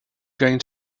going